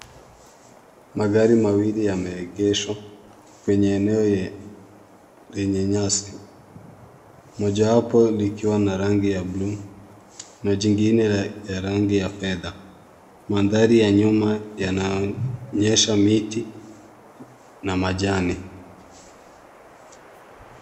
Magari mawili yameegeshwa kwenye eneo lenye nyasi, moja wapo likiwa ya rangi ya bluu na jingine la rangi ya fedha. Maanthari ya nyuma yanaonyesha miti na majani.